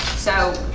so